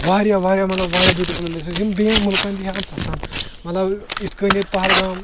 واریاہ واریاہ مطلب واریاہ بیوٹِفُل پٕلیسِز یم بییَن مُلکَن تہِ ہیٚکن پسند مطلب یتھ کٔنۍ ییتہِ پہلگام